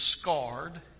scarred